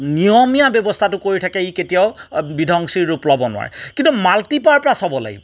নিয়মীয়া ব্যৱস্থাটো কৰি থাকে ই কেতিয়াও বিধ্বংসী ৰূপ ল'ব নোৱাৰে কিন্তু মাল্টি পাৰপাছ হ'ব লাগিব